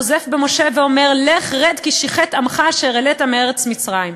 נוזף במשה ואומר: "לך רד כי שִחת עמך אשר העלית מארץ מצרים".